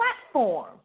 platform